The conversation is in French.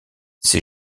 ses